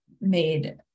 made